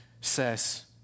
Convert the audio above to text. says